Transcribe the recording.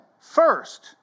first